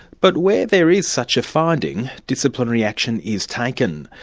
but where there is such a finding, disciplinary action is taken.